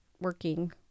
working